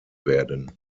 werden